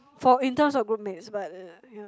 for in terms of group mates but